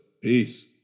Peace